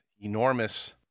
enormous